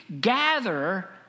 gather